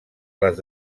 les